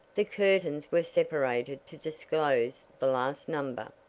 the curtains were separated to disclose the last number.